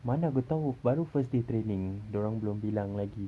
mana aku tahu baru first day training dia orang belum bilang lagi